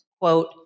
quote